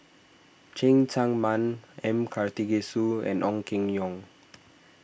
Cheng Tsang Man M Karthigesu and Ong Keng Yong